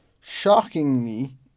shockingly